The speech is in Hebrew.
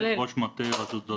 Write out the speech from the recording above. מאיר, ראש מטה רשות שדות התעופה.